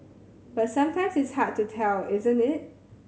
but sometimes it's hard to tell isn't it